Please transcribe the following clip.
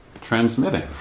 transmitting